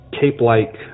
cape-like